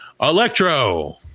Electro